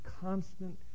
constant